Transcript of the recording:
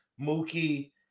Mookie